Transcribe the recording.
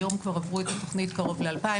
היום כבר עברו את התוכנית קרוב ל-2,000.